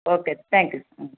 okay thank you ம்